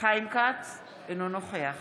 חיים כץ, אינו נוכח